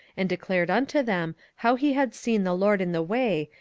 and declared unto them how he had seen the lord in the way,